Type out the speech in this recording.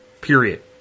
Period